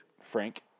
Frank